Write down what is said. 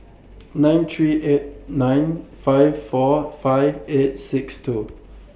nine three eight nine five four five eight six two